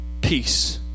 peace